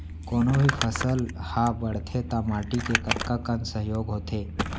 कोनो भी फसल हा बड़थे ता माटी के कतका कन सहयोग होथे?